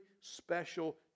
special